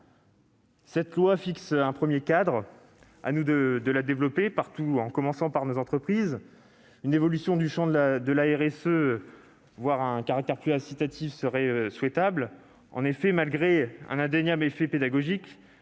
de loi fixe un premier cadre : à nous de le développer partout, en commençant par nos entreprises. Une évolution du champ de la RSE, avec un caractère plus incitatif, serait souhaitable. En effet, malgré un indéniable effet pédagogique,